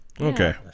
Okay